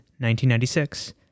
1996